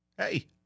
Hey